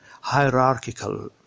hierarchical